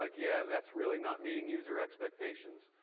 like yeah, that's really not meeting user expectations,